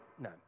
no